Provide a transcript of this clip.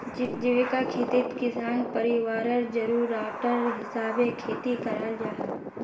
जीविका खेतित किसान परिवारर ज़रूराटर हिसाबे खेती कराल जाहा